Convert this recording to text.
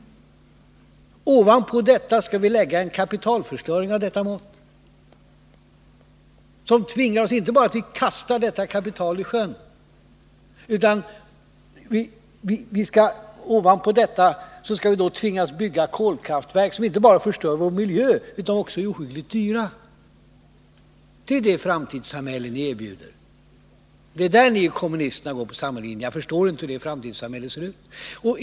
Skall vi ovanpå detta lägga en kapitalförstöring av detta mått? Vi tvingas då inte bara att kasta detta kapital i sjön. Vi tvingas att bygga kolkraftverk, som inte endast förstör vår miljö utan också är ohyggligt dyra. Detta är det framtidssamhälle ni erbjuder. Det är ni i centern och kommunisterna som går på samma linje. Jag förstår inte hur det framtidssamhället skall se ut.